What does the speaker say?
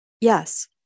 Yes